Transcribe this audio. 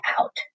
out